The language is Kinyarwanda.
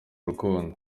rukundo